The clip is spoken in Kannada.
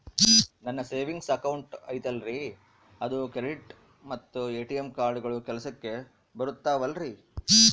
ನನ್ನ ಸೇವಿಂಗ್ಸ್ ಅಕೌಂಟ್ ಐತಲ್ರೇ ಅದು ಕ್ರೆಡಿಟ್ ಮತ್ತ ಎ.ಟಿ.ಎಂ ಕಾರ್ಡುಗಳು ಕೆಲಸಕ್ಕೆ ಬರುತ್ತಾವಲ್ರಿ?